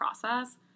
process